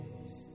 days